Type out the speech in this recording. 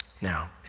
Now